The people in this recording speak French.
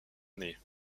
année